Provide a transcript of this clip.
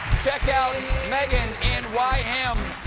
check out megan in why him?